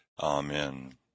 Amen